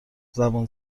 زبون